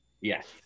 Yes